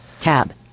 Tab